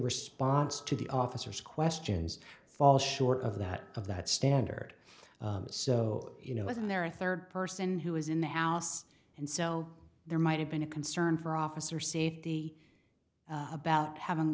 response to the officers questions fall short of that of that standard so you know isn't there a third person who is in the house and so there might have been a concern for officer safety about having